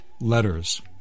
letters